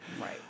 Right